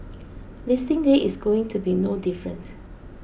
listing day is going to be no different